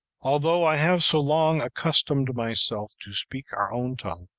although i have so long accustomed myself to speak our own tongue,